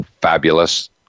fabulous